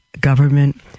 government